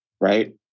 right